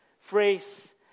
phrase